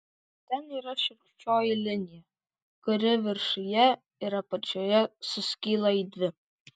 ten yra šiurkščioji linija kuri viršuje ir apačioje suskyla į dvi